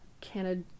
canada